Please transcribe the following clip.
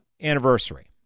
anniversary